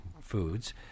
foods